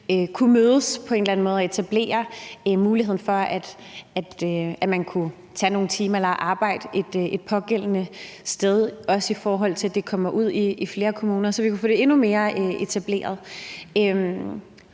anden måde etablere muligheden for, at man kunne bruge nogle timer på at arbejde det pågældende sted. Også set i forhold til, at det kommer ud i flere kommuner, sådan at vi kunne få etableret